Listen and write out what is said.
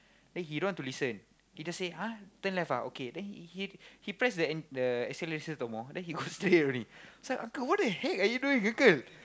then he don't want to listen he just say !huh! turn left ah okay then he he press the en~ the acceleration some more then he go straight only I said uncle what the heck are you doing uncle